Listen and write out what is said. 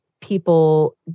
people